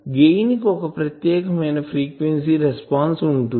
gain కి ఒక ప్రత్యేకమైన ఫ్రీక్వెన్సీ రెస్పాన్సు ఉంటుంది